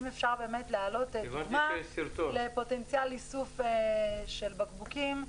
אם אפשר להעלות דוגמה לפוטנציאל איסוף של בקבוקים.